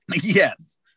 Yes